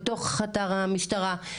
בתוך אתר המשטרה,